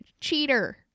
cheater